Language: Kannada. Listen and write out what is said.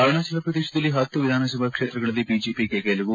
ಅರುಣಾಚಲ ಪ್ರದೇಶದಲ್ಲಿ ಹತ್ತು ವಿಧಾನಸಭಾ ಕ್ಷೇತ್ರಗಳಲ್ಲಿ ಬಿಜೆಪಿಗೆ ಗೆಲುವು